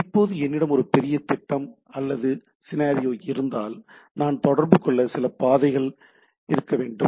இப்போது என்னிடம் ஒரு பெரிய திட்டம் அல்லது சினரியோ இருந்தால் நான் தொடர்பு கொள்ள சில பாதைகள் இருக்க வேண்டும்